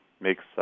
makes